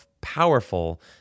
powerful